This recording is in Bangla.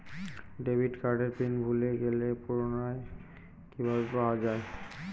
ডেবিট কার্ডের পিন ভুলে গেলে পুনরায় কিভাবে পাওয়া য়ায়?